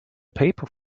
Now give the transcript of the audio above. paper